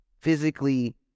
physically